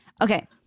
Okay